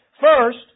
First